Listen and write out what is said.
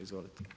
Izvolite.